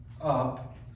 up